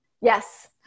Yes